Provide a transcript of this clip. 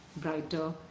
brighter